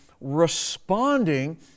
responding